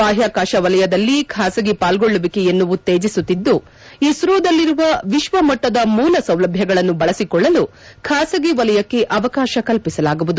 ಬಾಪ್ಕಾಕಾಶ ವಲಯದಲ್ಲಿ ಖಾಸಗಿ ಪಾಲ್ಗೊಳ್ಳುವಿಕೆಯನ್ನು ಉತ್ತೇಜಿಸುತ್ತಿದ್ದು ಇಸೋದಲ್ಲಿರುವ ವಿಶ್ವಮಟ್ಟದ ಮೂಲ ಸೌಲಭ್ಯಗಳನ್ನು ಬಳಸಿಕೊಳ್ಳಲು ಖಾಸಗಿ ವಲಯಕ್ಕೆ ಅವಕಾಶ ಕಲ್ಪಿಸಲಾಗುವುದು